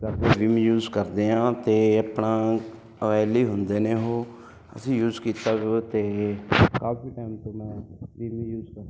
Vim use ਕਰਦੇ ਹਾਂ ਅਤੇ ਆਪਣਾ ਓਇਲੀ ਹੁੰਦੇ ਨੇ ਉਹ ਅਸੀਂ ਯੂਜ ਕੀਤਾ ਸੀਗਾ ਅਤੇ ਕਾਫੀ ਟਾਈਮ ਤੋਂ ਮੈਂ ਵਿੰਮ ਯੂਜ਼ ਕਰਦਾ